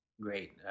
Great